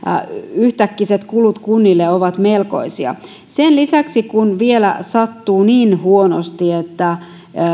yhtäkkiset kulut kunnille ovat melkoisia sen lisäksi kun vielä sattuu niin huonosti että